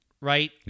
right